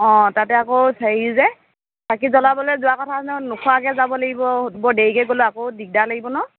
অঁ তাতে আকৌ হেৰি যে চাকি জ্বলাবলৈ যোৱা কথা আছিলে নোখোৱাকৈ যাব লাগিব বৰ দেৰিকৈ গ'লেও আকৌ দিগদাৰ লাগিব ন